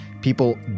People